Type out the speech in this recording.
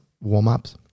warm-ups